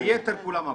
היתר עברו.